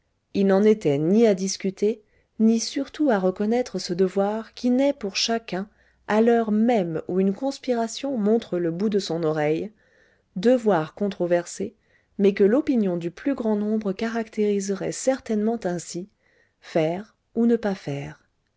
il n'en était ni à discuter ni surtout à reconnaître ce devoir qui naît pour chacun à l'heure même où une conspiration montre le bout de son oreille devoir controversé mais que l'opinion du plus grand nombre caractériserait certainement ainsi faire ou ne pas faire